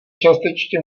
částečně